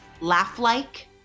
laugh-like